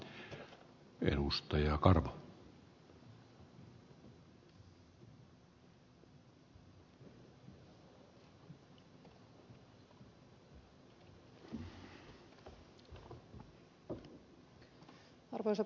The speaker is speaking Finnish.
arvoisa puhemies